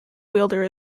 wielder